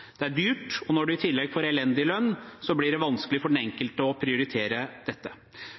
Det er dyrt, og når man i tillegg får elendig lønn, blir det vanskelig for den enkelte å prioritere dette.